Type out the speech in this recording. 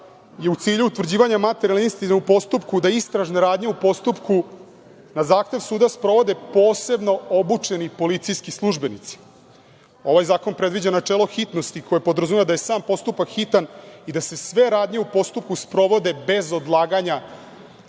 je u cilju utvrđivanja materijalne istine u postupku, da istražne radnje u postupku, na zahtev suda, sprovode posebno obučeni policijski službenici. Ovaj zakon predviđa načelo hitnosti, koje podrazumeva da je sam postupak hitan i da se sve radnje u postupku sprovode bez odlaganja,